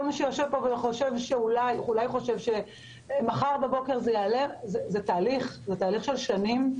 כל מי שיושב פה וחושב שאולי מחר בבוקר זה ייעלם זה תהליך של שנים.